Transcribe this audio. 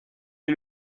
est